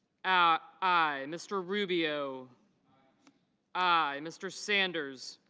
ah i. mr. rubio i. mr. sanders